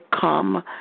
come